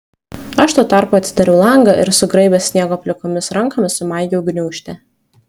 aš tuo tarpu atsidariau langą ir sugraibęs sniego plikomis rankomis sumaigiau gniūžtę